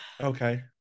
Okay